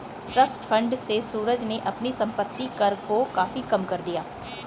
trust fund से सूरज ने अपने संपत्ति कर को काफी कम कर दिया